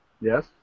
Yes